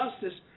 justice